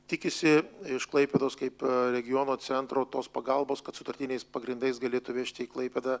tikisi iš klaipėdos kaip regiono centro tos pagalbos kad sutartiniais pagrindais galėtų vežti į klaipėdą